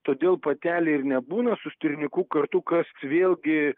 todėl patelė ir nebūna su stirniuku kartu kas vėlgi